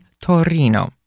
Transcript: Torino